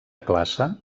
classe